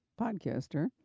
podcaster